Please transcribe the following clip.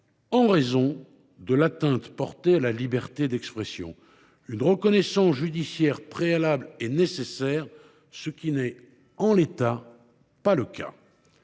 en raison de l’atteinte portée à la liberté d’expression. Une reconnaissance judiciaire préalable est nécessaire, ce qui n’est, en l’état, pas le cas.